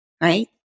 Right